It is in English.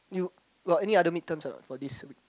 you got any other mid terms or not for this week